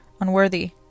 unworthy